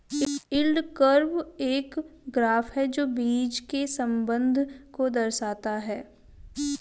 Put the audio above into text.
yield curve एक graph है जो बीच के संबंध को दर्शाता है